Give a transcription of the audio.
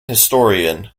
historian